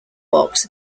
box